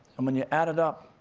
and when you add it up,